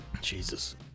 Jesus